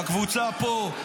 בקבוצה פה.